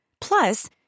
Plus